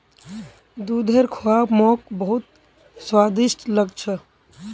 दूधेर खुआ मोक बहुत स्वादिष्ट लाग छ